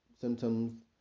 symptoms